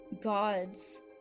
gods